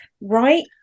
right